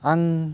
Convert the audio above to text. आं